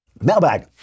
Mailbag